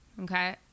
Okay